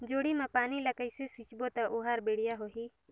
जोणी मा पानी ला कइसे सिंचबो ता ओहार बेडिया होही?